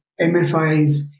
MFIs